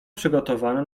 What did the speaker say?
przygotowana